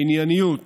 הענייניות